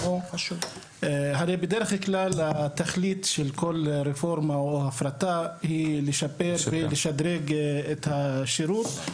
הרי בדרך כלל התכלית של כל רפורמה או הפרטה היא לשפר ולשדרג את השירות.